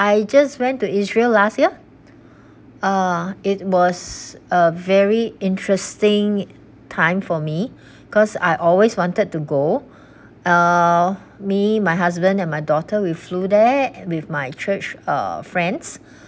I just went to israel last year uh it was a very interesting time for me cause I always wanted to go uh me my husband and my daughter we flew there with my church uh friends